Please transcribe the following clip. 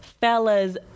fellas